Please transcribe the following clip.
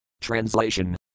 Translation